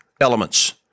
elements